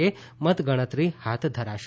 એ મતગણતરી હાથ ધરાશે